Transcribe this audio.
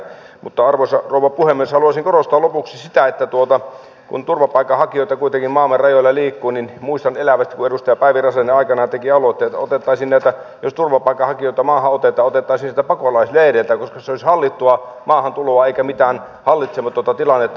mutta arvoisa rouva puhemies haluaisin korostaa lopuksi sitä että kun turvapaikanhakijoita kuitenkin maamme rajoilla liikkuu niin muistan elävästi kun edustaja päivi räsänen aikanaan teki aloitteen että jos turvapaikanhakijoita maahan otetaan niin otettaisiin sieltä pakolaisleireiltä koska se olisi hallittua maahantuloa eikä mitään hallitsematonta tilannetta